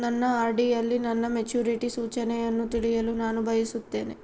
ನನ್ನ ಆರ್.ಡಿ ಯಲ್ಲಿ ನನ್ನ ಮೆಚುರಿಟಿ ಸೂಚನೆಯನ್ನು ತಿಳಿಯಲು ನಾನು ಬಯಸುತ್ತೇನೆ